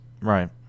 right